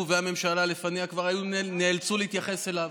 והממשלה שלפניה כבר נאלצו להתייחס אליו.